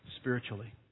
spiritually